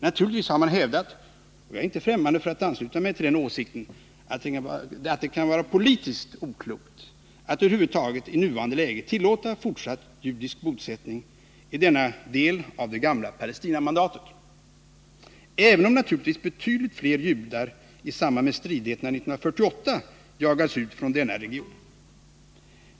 Naturligtvis har man hävdat, och jag är inte främmande för att ansluta mig till den åsikten, att det kan vara politiskt oklokt att över huvud taget i nuvarande läge tillåta fortsatt judisk bosättning i denna del av det gamla Palestinamandatet, även om naturligtvis betydligt fler judar i samband med stridigheterna 1948 jagades ut från denna region.